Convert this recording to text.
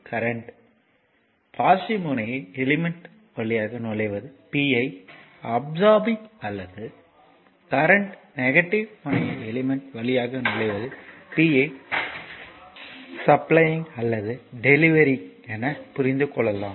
current positive முனைய element வழியாக நுழைவது p ஐ அப்சார்பிங் அல்லது கரண்ட் நெகட்டிவ் முனைய எலிமெண்ட் வழியாக நுழைவது p ஐ சப்ளையிங் அல்லது டெலிவரிங் என புரிந்து கொள்ளலாம்